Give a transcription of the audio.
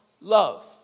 love